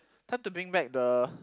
time to bring back the